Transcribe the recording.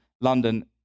London